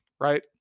Right